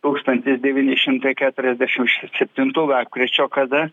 tūkstantis devyni šimtai keturiasdešim septintų lapkričio kada